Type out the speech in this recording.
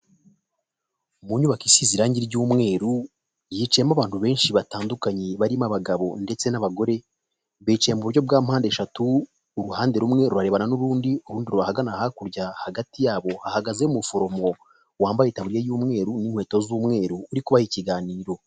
Mu nyubako isize irangi ry'umweru, yicayeyemo abantu benshi batandukanye barimo abagabo ndetse n'abagore. Bicaye mu buryo bwa mpande eshatu; uruhande rumwe rurebana n'urubundi, urundi ruri ahagana hakurya, hagati yabo hahagazeyo umuforomo wambaye itabuririya y'umweru n'inkweto z'umweru uri kubaha ikiganiro.